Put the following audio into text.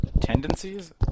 tendencies